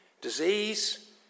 disease